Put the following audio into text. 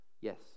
Yes